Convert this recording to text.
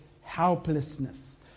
helplessness